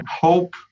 hope